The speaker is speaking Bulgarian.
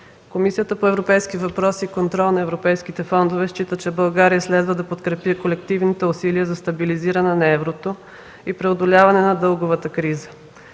Комисията по европейските въпроси и контрол на европейските фондове счита, че България следва да подкрепи колективните усилия за стабилизиране на еврото и преодоляване на дълговата криза.